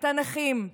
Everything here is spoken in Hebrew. את הנכים,